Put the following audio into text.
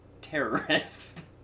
terrorist